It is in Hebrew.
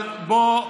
אבל בוא,